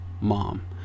mom